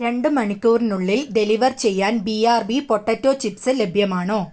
രണ്ടു മണിക്കൂറിനുള്ളിൽ ഡെലിവർ ചെയ്യാൻ B R B potato chips ലഭ്യമാണോ